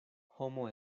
homo